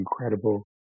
incredible